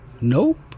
Nope